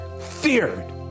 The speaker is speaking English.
feared